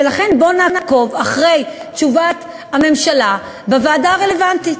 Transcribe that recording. ולכן בואו נעקוב אחרי תשובת הממשלה בוועדה הרלוונטית.